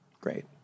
Great